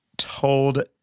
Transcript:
Told